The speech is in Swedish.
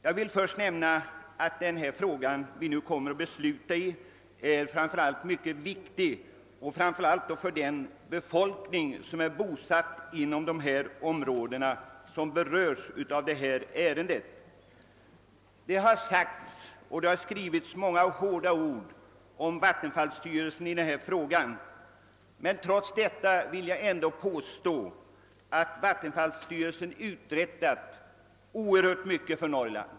Jag vill först nämna att det ärende vi nu kommer att besluta i är mycket viktigt, framför allt för de människor som är bosatta inom de områden som berörs. Det har sagts och skrivits många hårda ord om vattenfallsstyrelsen i detta sammanhang, men trots detta vill jag påstå att den har utträttat oerhört mycket för Norrland.